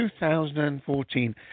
2014